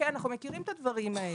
אנחנו מכירים את הדברים האלה.